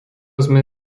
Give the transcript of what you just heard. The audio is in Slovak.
sme